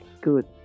Good